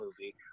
movie